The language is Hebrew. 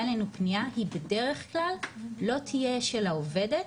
אלינו פניה היא בד"כ לא תהיה של העובדת,